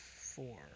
four